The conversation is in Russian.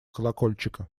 колокольчика